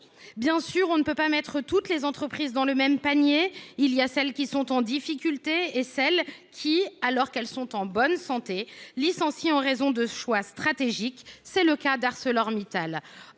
Bien sûr, on ne peut pas mettre toutes les entreprises dans le même panier : certaines sont en difficulté, mais d’autres, alors qu’elles sont en bonne santé, licencient en raison de choix stratégiques. C’est le cas d’ArcelorMittal.